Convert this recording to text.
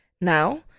now